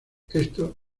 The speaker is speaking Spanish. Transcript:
esto